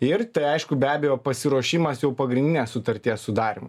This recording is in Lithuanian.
ir tai aišku be abejo pasiruošimas jau pagrindinės sutarties sudarymo